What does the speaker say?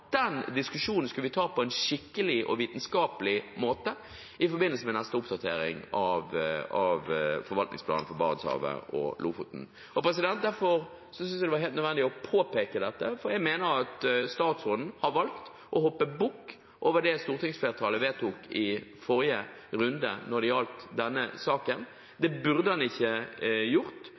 den diskusjonen skulle vi ta på en skikkelig og vitenskapelig måte i forbindelse med neste oppdatering av forvaltningsplanen for Barentshavet og Lofoten. Derfor synes jeg det var helt nødvendig å påpeke dette, for jeg mener at statsråden har valgt å hoppe bukk over det stortingsflertallet vedtok i forrige runde når det gjaldt denne saken. Det burde han ikke gjort,